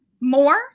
more